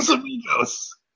Amigos